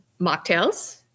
mocktails